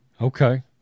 Okay